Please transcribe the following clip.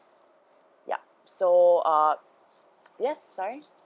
ya so uh yes sorry